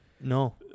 No